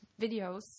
videos